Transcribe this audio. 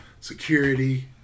security